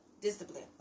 discipline